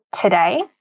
today